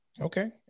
Okay